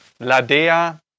Ladea